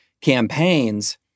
campaigns